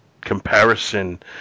comparison